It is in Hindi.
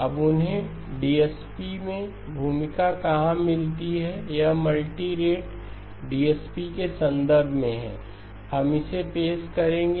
अब उन्हें डीएसपी में भूमिका कहां मिलती है यह मल्टीरेट डीएसपी के संदर्भ में है हम इसे पेश करेंगे